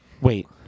Wait